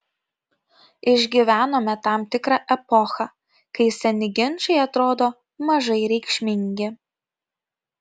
išgyvenome tam tikrą epochą kai seni ginčai atrodo mažai reikšmingi